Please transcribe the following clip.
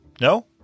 No